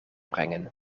brengen